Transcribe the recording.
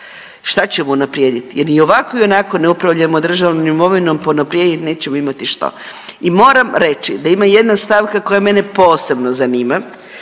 šta ćemo unaprijedit jer i ovako i onako ne upravljamo državnom imovinom, pa unaprijed nećemo imati što. I moram reći da ima jedna stavka koja mene posebno zanima